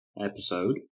episode